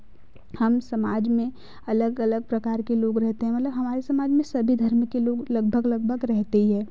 हम समाज में अलग लगा प्रकार के लोग रहते हैं मतलब हमारे समाज में सभी धर्म के लोग लगभग लगभग रहते हैं